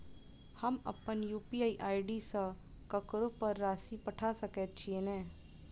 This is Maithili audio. हम अप्पन यु.पी.आई आई.डी सँ ककरो पर राशि पठा सकैत छीयैन?